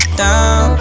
down